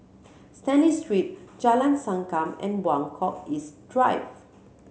Stanley Street Jalan Sankam and Buangkok East Drive